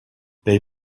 they